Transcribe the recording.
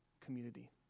community